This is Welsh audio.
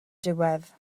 diwedd